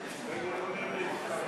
וב'?